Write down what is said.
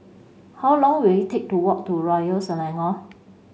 how long will it take to walk to Royal Selangor